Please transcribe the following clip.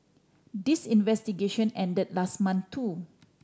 this investigation ended last month too